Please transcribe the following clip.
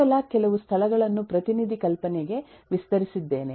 ಕೇವಲ ಕೆಲವು ಸ್ಥಳಗಳನ್ನು ಪ್ರತಿನಿಧಿ ಕಲ್ಪನೆಗೆ ವಿಸ್ತರಿಸಿದ್ದೇನೆ